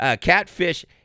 Catfish